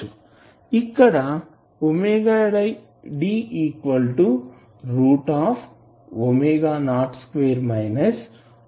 ఇక్కడ ⍵d √ ⍵02 α2